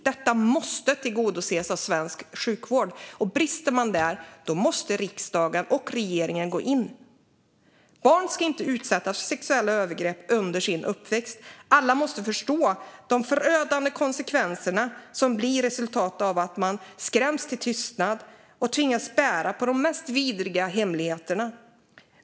Detta måste tillgodoses av svensk sjukvård. Brister man där måste riksdagen och regeringen gå in. Barn ska inte utsättas för sexuella övergrepp under sin uppväxt. Alla måste förstå de förödande konsekvenser som blir resultatet av att ett barn skräms till tystnad och tvingas bära på de mest vidriga hemligheterna.